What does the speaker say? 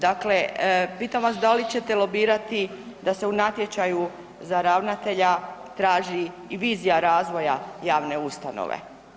Dakle, pitam vas da li ćete lobirati da se u natječaju za ravnatelja traži i vizija razvoja javne ustanove?